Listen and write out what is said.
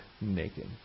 naked